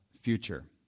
future